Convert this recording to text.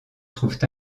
trouvent